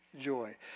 joy